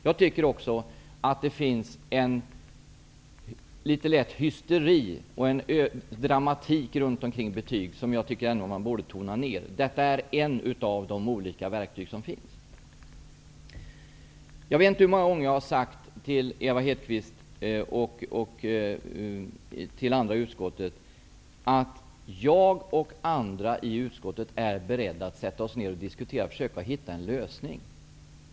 Jag tycker att det finns en lätt hysteri och dramatik runt betygen som borde tonas ner. Betyg är ett av de olika verktyg som finns. Jag vet inte hur många gånger jag till Eva Hedkvist Petersen och andra i utskottet har sagt att jag m.fl. i utskottet är beredda att sätta oss ned för att diskutera och försöka hitta en lösning.